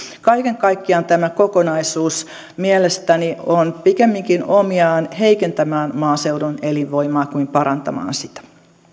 kaiken kaikkiaan tämä kokonaisuus mielestäni on pikemminkin omiaan heikentämään maaseudun elinvoimaa kuin parantamaan sitä